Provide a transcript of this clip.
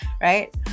right